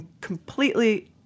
completely